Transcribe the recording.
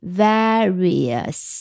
various